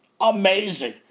Amazing